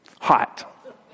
Hot